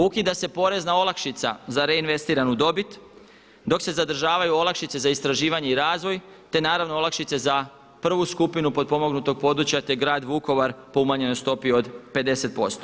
Ukida se porezna olakšica za reinvestiranu dobit dok se zadržavaju olakšice za istraživanje i razvoj te naravno olakšice za prvu skupinu potpomognutog područja te Grad Vukovar po umanjenoj stopi od 50%